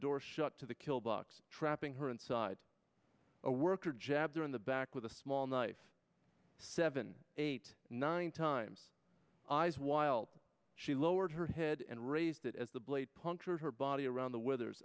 door shut to the kill bugs trapping her inside a worker jabour in the back with a small knife seven eight nine times eyes while she lowered her head and raised it as the blade punctured her body around the weather's